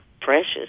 precious